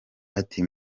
ati